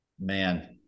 Man